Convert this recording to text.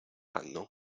anno